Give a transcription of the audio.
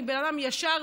אני בן אדם ישר,